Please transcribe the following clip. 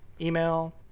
Email